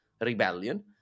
rebellion